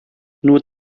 nur